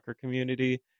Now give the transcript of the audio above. community